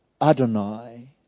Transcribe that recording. Adonai